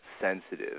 sensitive